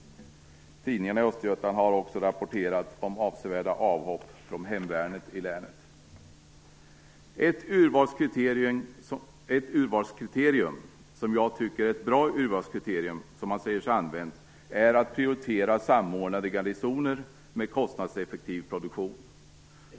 Tidningarna i Östergötland har också rapporterat om avsevärt många avhopp från hemvärnet i länet. Ett urvalskriterium som jag tycker är bra är att man säger sig prioritera samordnade garnisoner med kostnadseffektiv produktion.